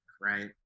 right